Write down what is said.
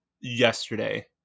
yesterday